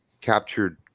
captured